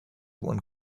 one